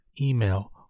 email